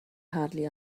hardly